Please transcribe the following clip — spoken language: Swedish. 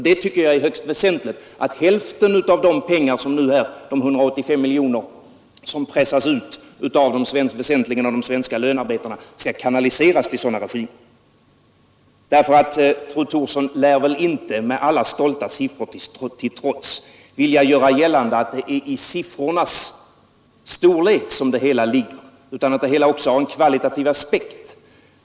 Det är högst väsentligt att hälften av de 185 miljoner som pressas ut huvudsakligen av de svenska lönearbetarna kanaliseras till sådana regimer. Fru Thorsson vill väl inte, alla stolta siffror till trots, göra gällande att det är i siffrornas storlek som det hela ligger? Detta har ju också en kvalitativ aspekt.